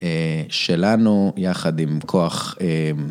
שלנו יחד עם כוח